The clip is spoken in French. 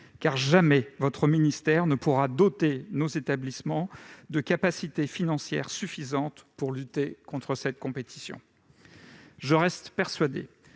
Car jamais votre ministère ne pourra doter nos établissements de capacités financières suffisantes pour lutter dans cette compétition. Je reste persuadé